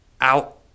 out